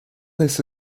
类似